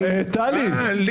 טלי.